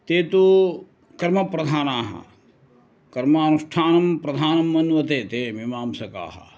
ते तु कर्मप्रधानाः कर्मानुष्ठानं प्रधानं मन्वते ते मीमांसकाः